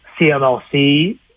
CMLC